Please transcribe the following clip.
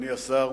אדוני השר,